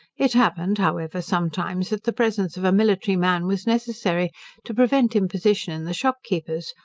it happened, however, sometimes, that the presence of a military man was necessary to prevent imposition in the shopkeepers,